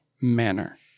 manner